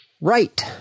Right